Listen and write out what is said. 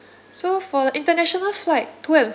so for the international flight to and